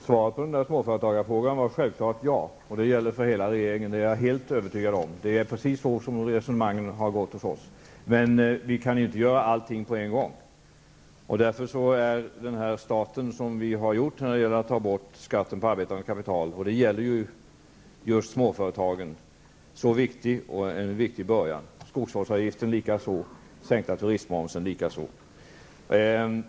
Herr talman! Svaret på frågan är självfallet ja, och det svaret gäller för hela regeringen, det är jag helt övertygad om. Det är precis så som resonemangen har gått hos oss. Men vi kan inte göra allt på en gång, och därför är vår start på detta område, nämligen att ta bort skatten på arbetande kapital, vilket gäller just småföretagen, så viktig. Detsamma gäller för skogsvårdsavgiften och sänkningen av turistmomsen.